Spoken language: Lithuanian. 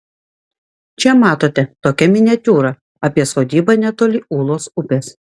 čia matote tokia miniatiūra apie sodybą netoli ūlos upės